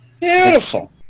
Beautiful